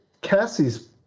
Cassie's